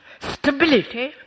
stability